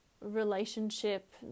relationship